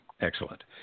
Excellent